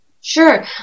Sure